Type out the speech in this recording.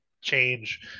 change